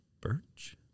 birch